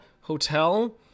Hotel